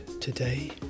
today